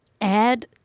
add